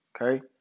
okay